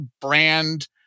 brand